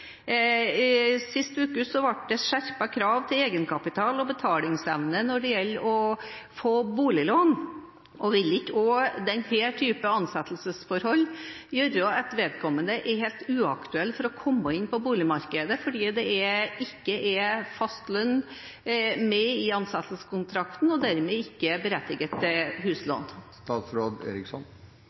Sist uke ble det skjerpede krav til egenkapital og betalingsevne når det gjelder å få boliglån. Vil ikke også denne typen ansettelsesforhold gjøre at vedkommende er helt uaktuell for å komme inn på boligmarkedet, fordi det ikke er fast lønn med i ansettelseskontrakten og man dermed ikke er berettiget til huslån?